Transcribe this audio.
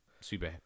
super